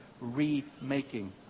remaking